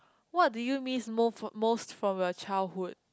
what do you miss most most from your childhood